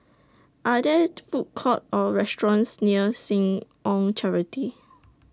Are There Food Courts Or restaurants near Seh Ong Charity